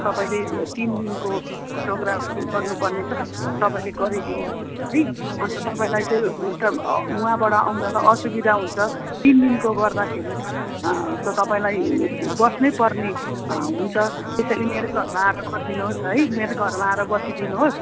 तपाईँले तिन दिनको फोटोग्राफ गर्नपर्ने छ तपाईँले गरिदिनुहोस् है अन्त तपाईँलाई चाहिँ उता वहाँबाट आउँदा त असुविधा हुन्छ तिन दिनको गर्दाखेरि त तपाईँलाई बस्नैपर्ने हुन्छ त्यसैले मेरै घरमा आएर गरिदिनुहोस् है मेरै घरमा आएर बसिदिनुहोस्